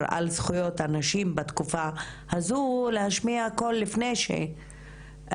על זכויות הנשים בתקופה הזו ולהשמיע את הקול לפני שאני